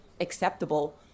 acceptable